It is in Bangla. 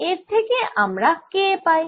এর থেকে আমরা K পাই